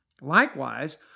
Likewise